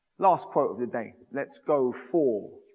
last quote of the day. let's go for.